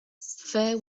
fair